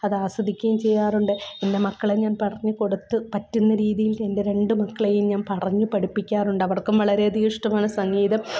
അതാസ്വദിക്കുകയും ചെയ്യാറുണ്ട് എൻ്റെ മക്കളെ ഞാൻ പറഞ്ഞ് കൊടുത്ത് പറ്റുന്ന രീതിയിൽ എൻ്റെ രണ്ട് മക്കളേയും ഞാൻ പറഞ്ഞ് പഠിപ്പിക്കാറുണ്ട് അവർക്കും വളരെയധികം ഇഷ്ടമാണ് സംഗീതം